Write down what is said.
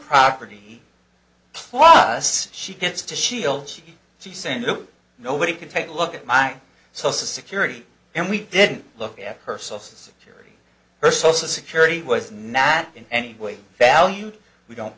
property plus she gets to she'll she she's saying that nobody can take a look at my social security and we didn't look at her sources carry her social security was not in any way valued we don't